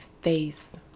face